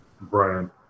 Brian